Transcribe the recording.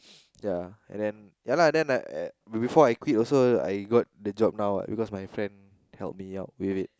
yeah and then yeah lah then I before I quit also I got the job now because my friend help me out wait wait